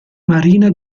marina